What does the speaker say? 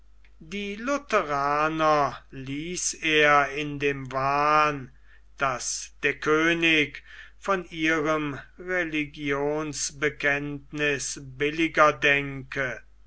die lutheraner ließ er in dem wahn daß der könig von ihrem religionsbekenntniß billiger denke